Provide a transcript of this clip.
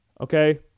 okay